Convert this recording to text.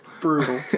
Brutal